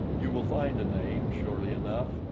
you will find a name, surely enough,